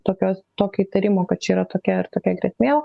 tokios tokio įtarimo kad čia yra tokia ar tokia grėsmė